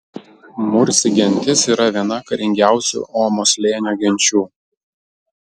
mursi gentis yra viena karingiausių omo slėnio genčių